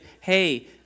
hey